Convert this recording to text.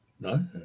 No